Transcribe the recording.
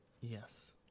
Yes